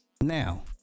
now